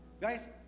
Guys